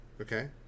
Okay